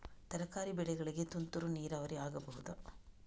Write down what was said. ತರಕಾರಿ ಬೆಳೆಗಳಿಗೆ ತುಂತುರು ನೀರಾವರಿ ಆಗಬಹುದಾ?